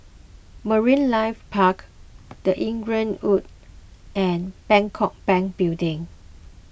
Marine Life Park the Inglewood and Bangkok Bank Building